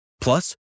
Plus